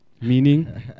Meaning